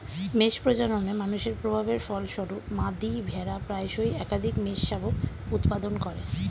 মেষ প্রজননে মানুষের প্রভাবের ফলস্বরূপ, মাদী ভেড়া প্রায়শই একাধিক মেষশাবক উৎপাদন করে